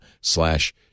slash